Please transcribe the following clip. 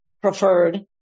preferred